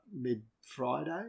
mid-Friday